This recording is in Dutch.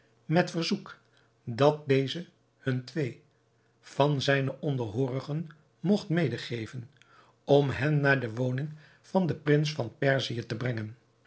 met verzoek dat deze hun twee van zijne onderhoorigen mogt mede geven om hen naar de woning van de prins van perzië te brengen